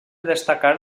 destacar